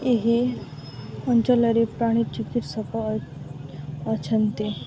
ଏହି ଅଞ୍ଚଲରେ ପ୍ରାଣୀ ଚିକିତ୍ସକ ଅଛନ୍ତି